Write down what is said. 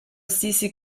cece